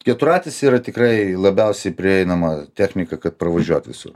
keturratis yra tikrai labiausiai prieinama technika kad pravažiuot visur